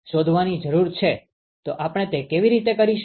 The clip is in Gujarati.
તો આપણે તે કેવી રીતે કરીશું